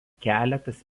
keletas